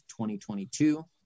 2022